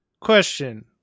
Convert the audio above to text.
question